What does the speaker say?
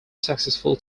successful